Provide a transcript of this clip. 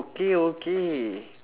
okay okay